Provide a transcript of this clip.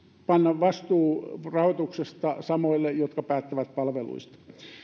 panna vastuu rahoituksesta samoille jotka päättävät palveluista